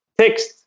text